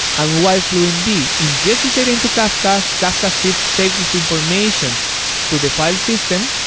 and while fluentd ingests this data into kafka, kafka saves saves this information to the file system,